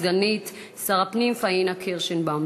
סגנית שר הפנים פאינה קירשנבאום.